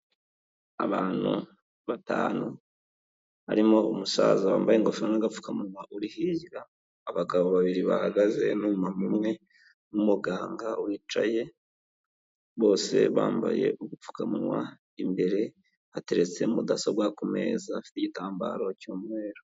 Abantu batanu, barimo umusaza wambaye ingofero n'agapfukamunwa uri hirya, abagabo babiri bahagaze n'umumama umwe n'umuganga wicaye, bose bambaye udupfukamuwa, imbere hateretse mudasobwa ku meza hafite igitambaro cy'umweru.